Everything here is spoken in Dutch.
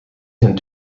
zijn